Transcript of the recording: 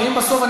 אם בסוף,